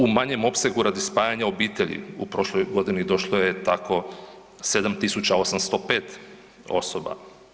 U manjem opsegu radi spajanja obitelji u prošloj godini došlo je tako 7 805 osoba.